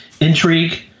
intrigue